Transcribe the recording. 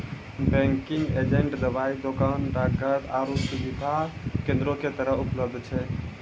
banking agent दबाइ दोकान, डाकघर आरु सुविधा केन्द्रो के तरह उपलब्ध छै